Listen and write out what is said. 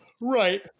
right